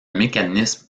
mécanisme